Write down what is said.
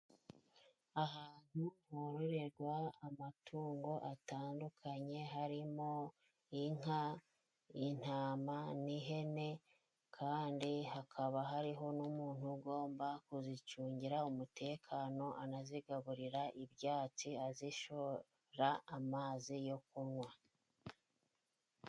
Ahantu hororegwa amatungo atandukanye harimo inka, intama n'ihene , kandi hakaba hariho n'umuntu ugomba kuzicungira umutekano anazigaburira ibyatsi azishora amazi yo kunywa.